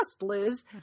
Liz